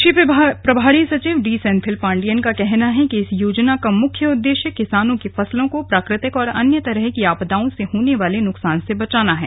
कृषि प्रभारी सचिव डी सेंथिल पांडियन का कहना है कि इस योजना का मुख्य उद्देश्य किसानों की फसलों को प्राकृ तिक और अन्य तरह की आपदाओं से होने वाले नुकसान से बचाना है